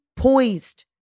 Poised